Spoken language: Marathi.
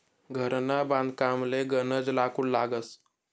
घरना बांधकामले गनज लाकूड लागस